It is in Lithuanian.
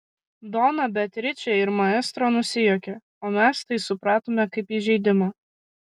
dona beatričė ir maestro nusijuokė o mes tai supratome kaip įžeidimą